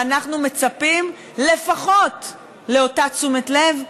ואנחנו מצפים לפחות לאותה תשומת לב,